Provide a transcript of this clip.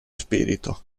spirito